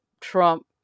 Trump